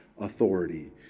authority